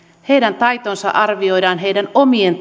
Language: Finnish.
heidän taitonsa arvioidaan heidän omien